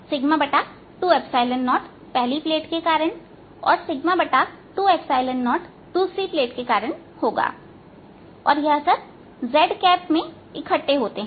20पहली plate के कारण और 20 दूसरी प्लेट के कारण होगा और यह सब z में इकट्ठे होते हैं